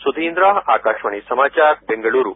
सुधीन्द्रा आकाशवाणी समाचार बेंगलुरू